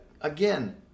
Again